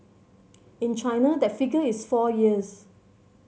in China that figure is four years